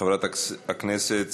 חברת הכנסת סבטלובה,